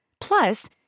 Plus